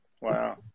Wow